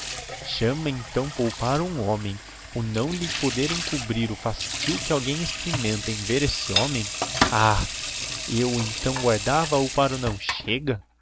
chama então poupar um homem o não lhe poder encobrir o fastio que alguem experimenta em ver esse homem ah eu então guardava o para o não chega